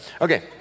Okay